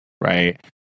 right